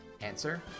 Answer